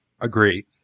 agree –